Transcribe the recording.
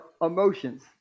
emotions